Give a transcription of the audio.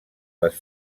les